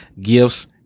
gifts